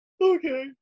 Okay